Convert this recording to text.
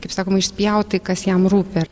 kaip sakoma išspjaut tai kas jam rūpi ar